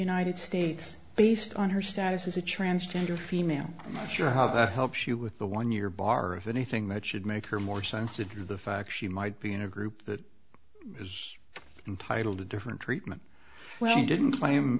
united states based on her status as a transgender female sure how that helps you with the one year bar if anything that should make her more sensitive to the fact she might be in a group that is entitled to different treatment when he didn't claim